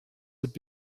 would